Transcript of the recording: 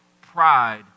pride